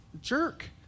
jerk